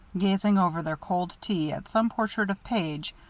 gazing over their cold tea at some portrait of page,